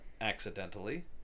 accidentally